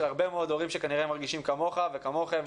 הרבה מאוד הורים שכנראה מרגישים כמוך וכמוכם,